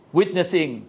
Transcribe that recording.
witnessing